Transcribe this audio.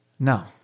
No